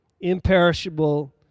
imperishable